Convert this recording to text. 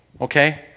Okay